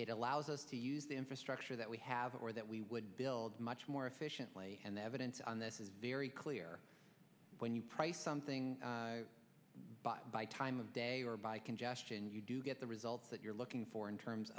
it allows us to use the infrastructure that we have or that we would build much more efficiently and the evidence on this is very clear when you price something by by time of day or by congestion you do get the results that you're looking for in terms